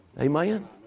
Amen